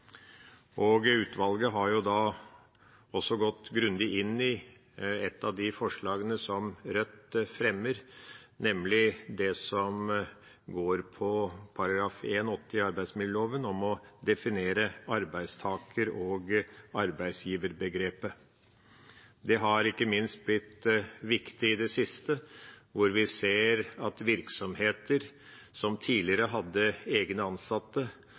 Utvalget har også gått grundig inn i et av de forslagene som Rødt fremmer, nemlig det som handler om § 1-8 i arbeidsmiljøloven, om å definere arbeidstaker- og arbeidsgiverbegrepet. Det har ikke minst blitt viktig i det siste, når vi ser at virksomheter som tidligere hadde egne ansatte,